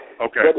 Okay